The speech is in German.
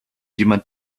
jemand